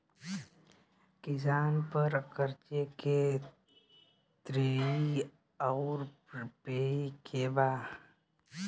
किसान पर क़र्ज़े के श्रेइ आउर पेई के बा?